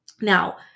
Now